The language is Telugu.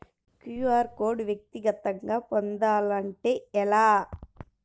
క్యూ.అర్ కోడ్ వ్యక్తిగతంగా పొందాలంటే ఎలా?